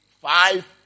five